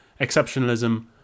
exceptionalism